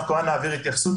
אנחנו כמובן נעביר התייחסות,